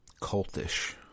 cultish